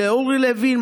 לאורי לוין,